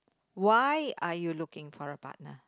why are you looking for a partner